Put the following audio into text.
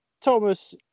Thomas